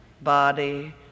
body